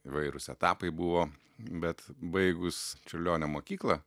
įvairūs etapai buvo bet baigus čiurlionio mokyklą